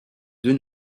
deux